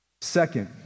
Second